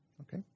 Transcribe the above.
okay